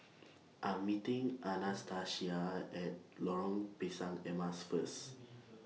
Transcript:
I'm meeting Anastacia Are At Lorong Pisang Emas First